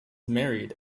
married